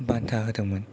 बान्था होदोंमोन